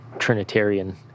Trinitarian